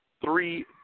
three